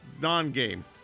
non-game